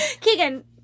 Keegan